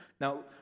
Now